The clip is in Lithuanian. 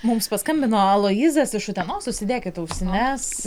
mums paskambino aloyzas iš utenos užsidėkit ausines